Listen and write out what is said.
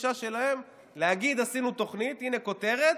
הגישה שלהם היא להגיד, עשינו תוכנית, כותרת,